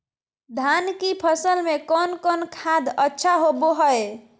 धान की फ़सल में कौन कौन खाद अच्छा होबो हाय?